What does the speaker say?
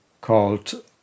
called